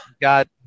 got